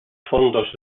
fondos